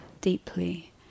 deeply